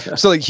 so,